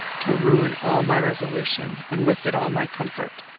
to ruin all my resolution, and with it all my comfort.